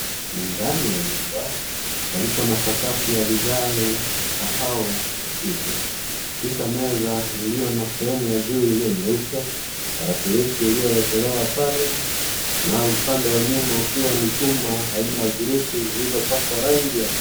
NI ndani ya nyumba palipo na sakafu ya vigae ya kahawa hafifu, kisha meza iliyona sehemu ya juu iliyo nyeupe, tarakilishi iliyowekelewa pale na upande wa nyuma ukiwa ni chuma aina ya giriti zilizopakwa ya.